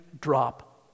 drop